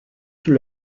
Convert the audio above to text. sous